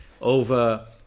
Over